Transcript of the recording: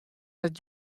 dat